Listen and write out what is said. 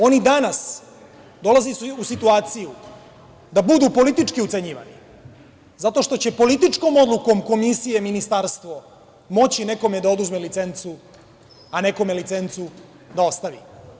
Oni danas dolaze u situaciju da budu politički ucenjivani, zato što će političkom odlukom komisije ministarstvo moći nekome da oduzme licencu, a nekome licencu da ostavi.